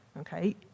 Okay